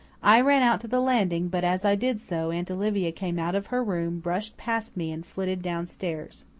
i ran out to the landing, but as i did so aunt olivia came out of her room, brushed past me, and flitted downstairs.